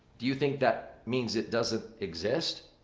do you think that means it doesn't exist?